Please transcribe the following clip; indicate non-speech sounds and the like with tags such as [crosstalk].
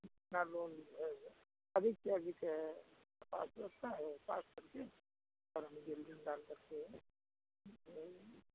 जितना लोन है अभी के अभी के पास व्यवस्था है पास करके और हमें जल्दी निकालकर के [unintelligible]